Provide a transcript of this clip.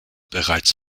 bereits